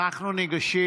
אנחנו ניגשים